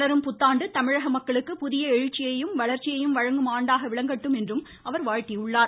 மலரும் புத்தாண்டு தமிழக மக்களுக்கு புதிய எழுச்சியையும் வளர்ச்சியையும் வழங்கும் ஆண்டாக விளங்கட்டும் என அவர் வாழ்த்தியுள்ளார்